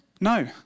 No